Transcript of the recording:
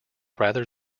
rather